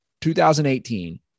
2018